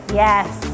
yes